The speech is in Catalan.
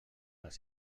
les